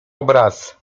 obraz